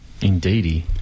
Indeedy